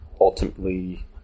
ultimately